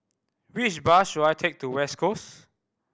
which bus should I take to West Coast